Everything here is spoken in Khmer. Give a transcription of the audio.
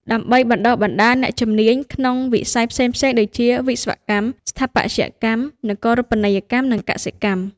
ដើម្បីបណ្តុះបណ្តាលអ្នកជំនាញក្នុងវិស័យផ្សេងៗដូចជា វិស្វកម្ម ស្ថាបត្យកម្ម នគរូបនីយកម្ម និងកសិកម្ម។